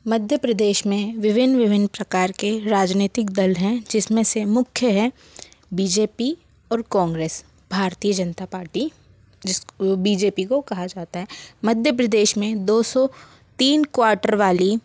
मध्य प्रदेश में विभिन्न विभिन्न प्रकार के राजनीतिक दल हैं जिसमें से मुख्य है बी जे पी और कांग्रेस भारतीय जानता पार्टी जिसको बी जे पी को कहा जाता है मध्य प्रदेश मे दो सौ तीन कुआर्टर वाली